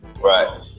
Right